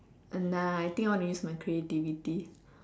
nah I think I want to use my creativity